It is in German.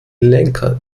lenker